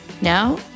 Now